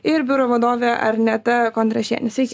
ir biuro vadovė arneta kondrašienė sveiki